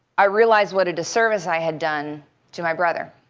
i realized what a disservice i had done to my brother